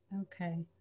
Okay